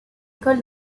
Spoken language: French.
école